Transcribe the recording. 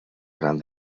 gran